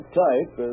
type